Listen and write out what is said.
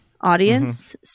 Audience